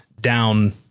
down